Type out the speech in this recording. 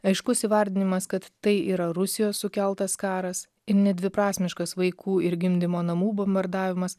aiškus įvardinimas kad tai yra rusijos sukeltas karas ir nedviprasmiškas vaikų ir gimdymo namų bombardavimas